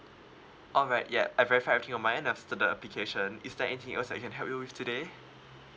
alright ya I verified everything on my end after the application is there anything else that I can help you with today